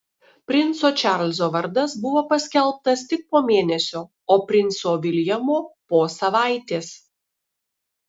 princo čarlzo vardas buvo paskelbtas tik po mėnesio o princo viljamo po savaitės